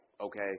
okay